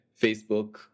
Facebook